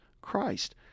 Christ